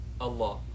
Allah